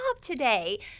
today